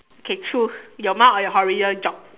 okay truth your mom or your horrible job